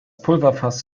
pulverfass